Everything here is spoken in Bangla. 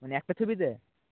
মানে একটা ছবিতে